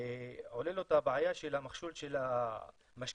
עולה לו הבעיה של המכשול של המשכנתא.